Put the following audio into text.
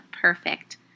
perfect